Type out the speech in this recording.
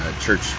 church